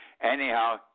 Anyhow